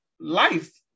life